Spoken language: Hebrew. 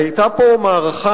היתה פה מערכה,